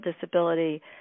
disability